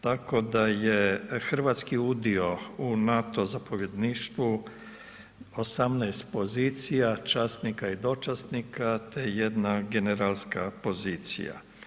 Tako da je hrvatski udio u NATO zapovjedništvu 18% pozicija časnika i dočasnika te jedna generalska pozicija.